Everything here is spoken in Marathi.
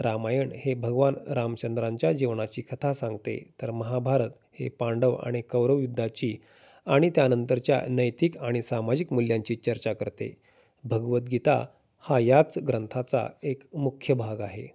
रामायण हे भगवान रामचंद्रांच्या जीवनाची कथा सांगते तर महाभारत हे पांडव आणि कौरव युद्धाची आणि त्यानंतरच्या नैतिक आणि सामाजिक मूल्यांची चर्चा करते भगवदगीता हा याच ग्रंथाचा एक मुख्य भाग आहे